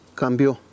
cambió